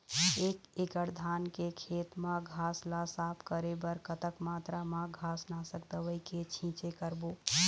एक एकड़ धान के खेत मा घास ला साफ करे बर कतक मात्रा मा घास नासक दवई के छींचे करबो?